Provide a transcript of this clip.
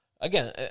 Again